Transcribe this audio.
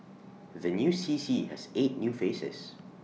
the new C C has eight new faces